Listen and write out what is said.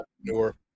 entrepreneur